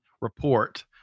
report